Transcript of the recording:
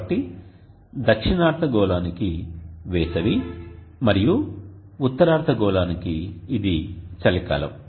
కాబట్టి దక్షిణార్ధగోళానికి వేసవి మరియు ఉత్తరార్ధ గోళానికి ఇది చలికాలం